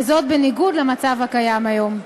וזאת בניגוד למצב הקיים היום.